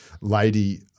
lady